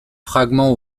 fragments